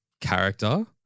character